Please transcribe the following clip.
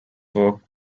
work